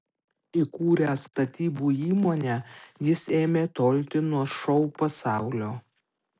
įkūręs statybų įmonę jis ėmė tolti nuo šou pasaulio